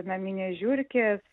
naminės žiurkės